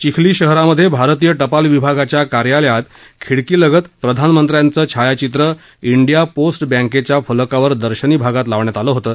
चिखली शहरामध्ये भारतीय शिल विभागाच्या कार्यालयात खिडकीलगत प्रधानमंत्र्यांचं छायाचित्र इंडिया पोस्ट बँकेच्या फलकावर दर्शनी भागात लावण्यात आलं होतं